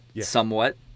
somewhat